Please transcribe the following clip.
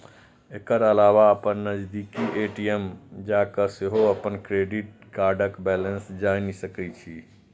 एकर अलावा अपन नजदीकी ए.टी.एम जाके सेहो अपन क्रेडिट कार्डक बैलेंस जानि सकै छी